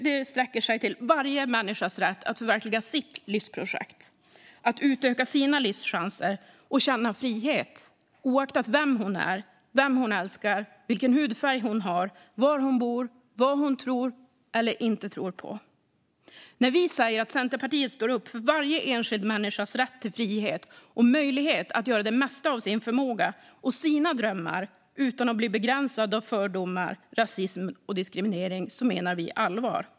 Det sträcker sig till varje människas rätt att förverkliga sitt livsprojekt och att utöka sina livschanser och känna frihet, oavsett vem hon är, vem hon älskar, vilken hudfärg hon har, var hon bor och vad hon tror eller inte på. När vi säger att Centerpartiet står upp för varje enskild människas rätt till frihet och möjlighet att göra det mesta av sin förmåga och sina drömmar utan att bli begränsad av fördomar, rasism och diskriminering menar vi allvar.